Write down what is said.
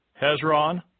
Hezron